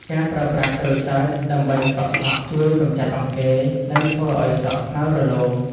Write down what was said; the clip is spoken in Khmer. ការប្រើប្រាស់ក្រូចសើចដើម្បីកក់សក់ ជួយកម្ចាត់អង្គែ និងធ្វើឱ្យសក់ខ្មៅរលោង។